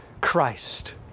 Christ